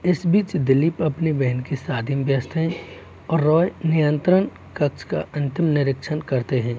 इस बीच दिलीप अपनी बहन की शादी में व्यस्त हैं और रॉय नियंत्रण कक्ष का अंतिम निरीक्षण करते हैं